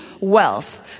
wealth